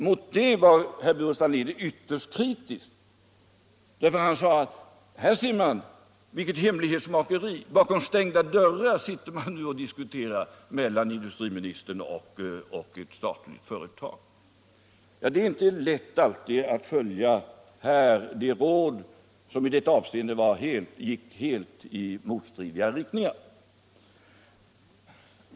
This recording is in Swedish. Mot det var herr Burenstam Linder ytterst kriusk och sade: Här ser man vilket hemlighetsmakeri det är, bakom stängda dörrar förs diskussionerna mellan industrininistern och Statsföretag. Det är inte lätt av alltid följa de råd som ges. särskilt inte I detta avseende där de gick I helt motstridiga riktningar.